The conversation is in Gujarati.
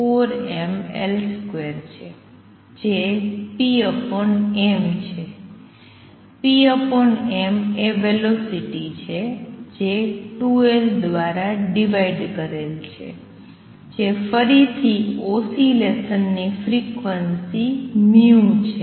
જે pm છે pm એ વેલોસિટી છે જે 2L દ્વારા ડિવાઈડ કરેલ છે જે ફરીથી ઓસિલેશન ની ફ્રિક્વન્સી છે